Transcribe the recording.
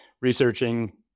researching